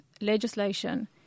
legislation